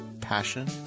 passion